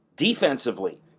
Defensively